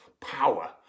power